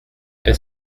est